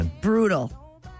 Brutal